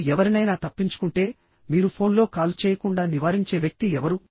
మీరు ఎవరినైనా తప్పించుకుంటే మీరు ఫోన్లో కాల్ చేయకుండా నివారించే వ్యక్తి ఎవరు